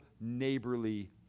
neighborly